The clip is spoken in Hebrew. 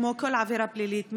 כמו כל עבירה פלילית,